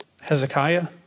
Hezekiah